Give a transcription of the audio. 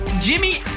Jimmy